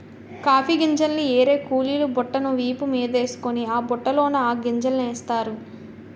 coffee గింజల్ని ఏరే కూలీలు బుట్టను వీపు మీదేసుకొని ఆ బుట్టలోన ఆ గింజలనేస్తారు